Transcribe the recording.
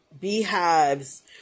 beehives